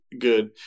good